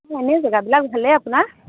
এনেও জেগাবিলাক ভালেই আপোনাৰ